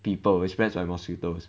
people it spreads by mosquitoes